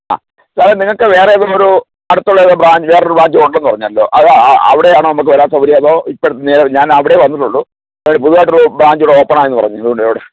അ സാറെ നിങ്ങൾക്ക് വേറെ ഏതോ ഒരു അടുത്തുള്ള ഒരു വേറൊരു ബ്രാഞ്ച് ഉണ്ടെന്ന് പറഞ്ഞല്ലോ അത് അവിടെയാണോ നമുക്ക് വരാൻ സൗകര്യം അതോ ഇപ്പം ഇനി ഞാൻ അവിടെ വന്നിട്ടുള്ളൂ പുതിയതായിട്ട് ഒരു ബ്രാഞ്ച് ഇവിടെ ഓപ്പൺ ആയെന്ന് പറഞ്ഞു